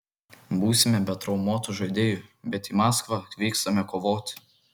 būsime be traumuotų žaidėjų bet į maskvą vykstame kovoti